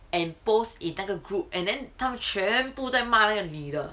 and post in 那个 group and then 他们全部在骂那个女的